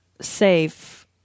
safe